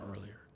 earlier